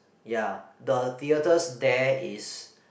ya the theatres there is